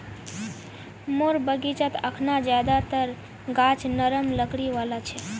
मोर बगीचात अखना ज्यादातर गाछ नरम लकड़ी वाला छ